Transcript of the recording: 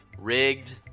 rigged.